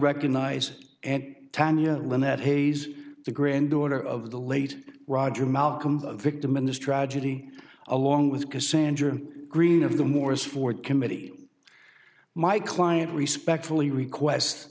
recognize and tonya lin that hayes the granddaughter of the late roger malcolm the victim in this tragedy along with cassandra green of the morris ford committee my client respect fully request